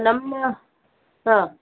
ನಮ್ಮ ಹಾಂ